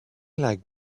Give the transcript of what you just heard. like